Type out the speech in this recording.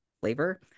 flavor